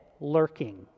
lurking